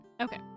Okay